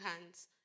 hands